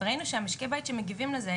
ראינו שמשקי בית שמגיבים לזה,